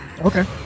okay